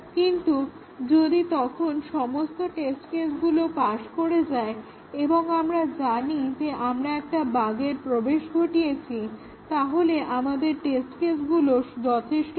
কিন্তু যদি তখন সমস্ত টেস্ট কেসগুলো পাশ করে যায় এবং আমরা জানি যে আমরা একটা বাগ্ এর প্রবেশ ঘটিয়েছি তাহলে আমাদের টেস্ট কেসগুলো যথেষ্ট নয়